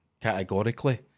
categorically